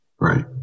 Right